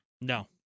No